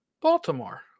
Baltimore